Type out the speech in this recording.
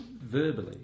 verbally